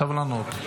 סבלנות.